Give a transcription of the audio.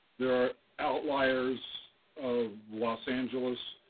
there are outliers of los angeles.